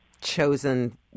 chosen